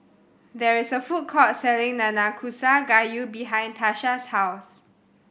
there is a food court selling Nanakusa Gayu behind Tarsha's house